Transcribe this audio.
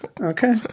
Okay